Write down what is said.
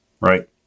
right